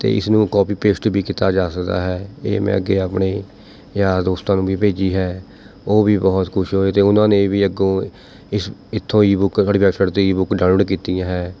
ਅਤੇ ਇਸ ਨੂੰ ਕੋਪੀ ਪੇਸਟ ਵੀ ਕੀਤਾ ਜਾ ਸਕਦਾ ਹੈ ਇਹ ਮੈਂ ਅੱਗੇ ਆਪਣੇ ਯਾਰ ਦੋਸਤਾਂ ਨੂੰ ਵੀ ਭੇਜੀ ਹੈ ਉਹ ਵੀ ਬਹੁਤ ਖੁਸ਼ ਹੋਏ ਅਤੇ ਉਹਨਾਂ ਨੇ ਵੀ ਅੱਗੋਂ ਇਸ ਇੱਥੋਂ ਈ ਬੁੱਕ ਤੁਹਾਡੀ ਵੈਬਸਾਈਟ 'ਤੇ ਈ ਬੁੱਕ ਡਾਊਨਲੋਡ ਕੀਤੀ ਹੈ